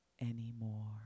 anymore